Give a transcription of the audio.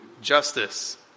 justice